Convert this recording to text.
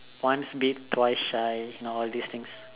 once bit twice shy you know all this things